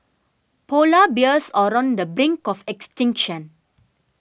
Polar Bears are on the brink of extinction